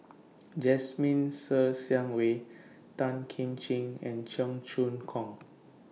Jasmine Ser Xiang Wei Tan Kim Ching and Cheong Choong Kong